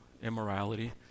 immorality